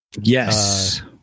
Yes